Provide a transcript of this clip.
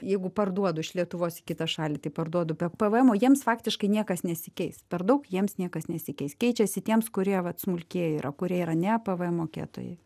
jeigu parduodu iš lietuvos į kitą šalį tai parduodu be pvmo jiems faktiškai niekas nesikeis per daug jiems niekas nesikeis keičiasi tiems kurie vat smulkieji yra kurie yra ne pvm mokėtojai